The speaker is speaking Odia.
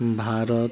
ଭାରତ